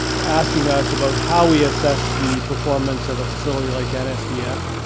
asking us about how we assess the performance of a facility like nsdf,